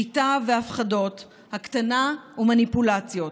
שליטה והפחדות, הקטנה ומניפולציות.